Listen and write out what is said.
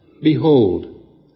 Behold